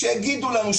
שיגידו לנו,